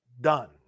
done